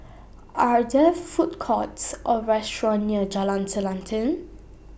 Are There Food Courts Or restaurants near Jalan Selanting